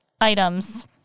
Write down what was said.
items